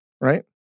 Right